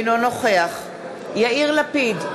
אינו נוכח יאיר לפיד,